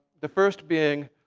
the first being